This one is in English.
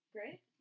Great